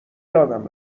یادم